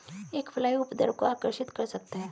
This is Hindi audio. एक फ्लाई उपद्रव को आकर्षित कर सकता है?